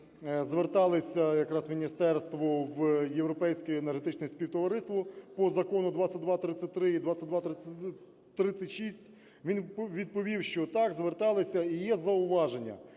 зверталося якраз міністерство в Європейське Енергетичне Співтовариство по закону 2233 і 2236, він відповів, що, так, зверталися і є зауваження.